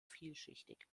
vielschichtig